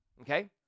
okay